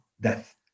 death